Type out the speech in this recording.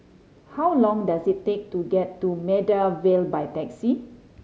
how long does it take to get to Maida Vale by taxi